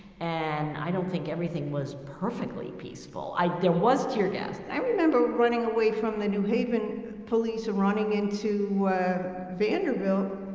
and i don't think everything was perfectly peaceful. i, there was tear gas. i remember running away from the new haven police and running into vanderbilt.